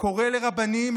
קורא לרבנים,